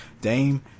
Dame